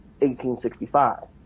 1865